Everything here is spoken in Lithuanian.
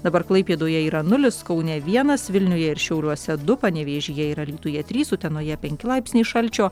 dabar klaipėdoje yra nulis kaune vienas vilniuje ir šiauliuose du panevėžyje ir alytuje trys utenoje penki laipsniai šalčio